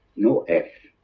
no f,